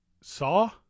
Saw